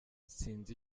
nsinzi